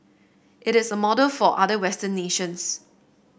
it is a model for other western nations